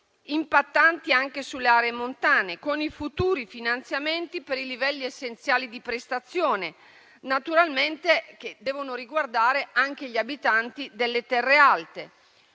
impattanti anche sulle aree montane, con i futuri finanziamenti per i livelli essenziali delle prestazioni, che naturalmente devono riguardare anche gli abitanti delle terre alte.